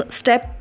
step